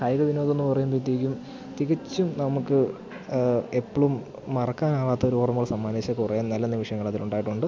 കായിക വിനോദമെന്നു പറയുമ്പോഴത്തേക്കും തികച്ചും നമുക്ക് എപ്പോഴും മറക്കാനാവാത്തൊരോർമ്മ സമ്മാനിച്ച കുറേ നല്ല നിമിഷങ്ങളതിലുണ്ടായിട്ടുണ്ട്